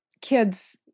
kids